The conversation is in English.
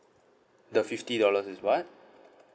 the fifty dollar is what